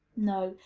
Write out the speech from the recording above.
no,